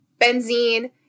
benzene